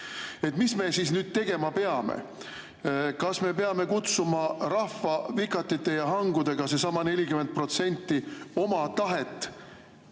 Mis me siis nüüd tegema peame? Kas me peame kutsuma rahva vikatite ja hangudega – sellesama 40% – oma tahet